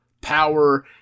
power